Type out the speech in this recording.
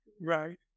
right